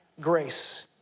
grace